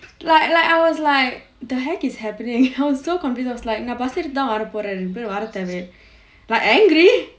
like like I was like the heck is happening I was so confused I was like நான்:naan bus ஏறி தான் வர போறேன் ரெண்டு பேரும் வர தேவை இல்ல:eri thaan vara poraen rendu perum vara thevai illa like angry